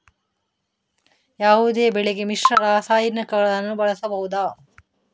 ಯಾವುದೇ ಬೆಳೆಗೆ ಮಿಶ್ರ ರಾಸಾಯನಿಕಗಳನ್ನು ಬಳಸಬಹುದಾ?